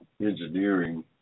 engineering